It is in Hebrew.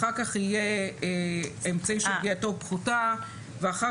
אחר כך יהיה אמצעי שפגיעתו פחותה ואחר